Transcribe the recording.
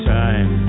time